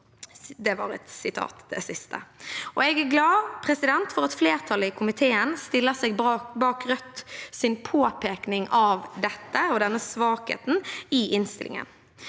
Jeg er glad for at flertallet i komiteen stiller seg bak Rødts påpekning av denne svakheten i innstillingen.